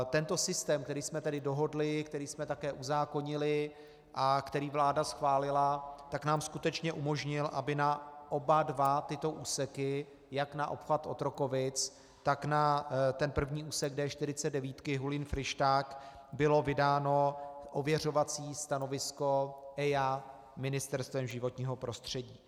Tento systém, který jsme dohodli, který jsme také uzákonili a který vláda schválila, nám skutečně umožnil, aby na oba dva tyto úseky, jak na obchvat Otrokovic, tak na ten první úsek D49 Hulín Fryšták, bylo vydáno ověřovací stanovisko EIA Ministerstvem životního prostředí.